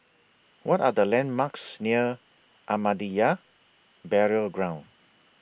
What Are The landmarks near Ahmadiyya Burial Ground